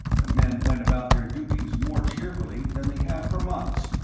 the men went about their duties more cheerfully than they had for months,